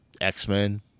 X-Men